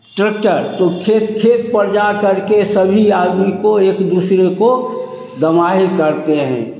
tractor तो खेत खेत पर जा करके सब ही आदमी को एक दूसरे को दमाही करते हैं